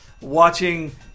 watching